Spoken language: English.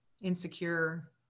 insecure